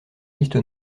liste